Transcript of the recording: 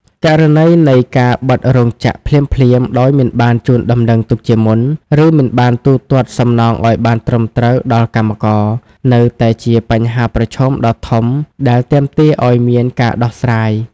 ករណីនៃការបិទរោងចក្រភ្លាមៗដោយមិនបានជូនដំណឹងទុកជាមុន ឬមិនបានទូទាត់សំណងឱ្យបានត្រឹមត្រូវដល់កម្មករ នៅតែជាបញ្ហាប្រឈមដ៏ធំដែលទាមទារឱ្យមានការដោះស្រាយ។